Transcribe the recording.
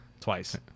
Twice